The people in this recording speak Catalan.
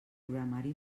programari